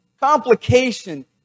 Complication